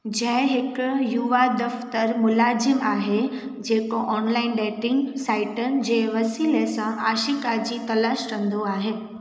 जय हिकु युवा दफ़्तरु मुलाज़िमु आहे जेको ऑनलाइन डेटिंग साइटनि जे वसीले सां आशिका जी तलाशु कंदो आहे